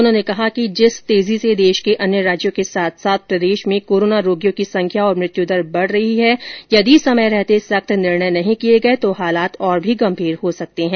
उन्होंने कहा कि जिस तेजी से देश के अन्य राज्यों के साथ साथ प्रदेश में कोरोना रोगियों की संख्या और मृत्यू दर बढ़ रही है यदि समय रहते सख्त निर्णय नहीं किए गए तो हालात और भी गंभीर हो सकते हैं